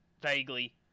Vaguely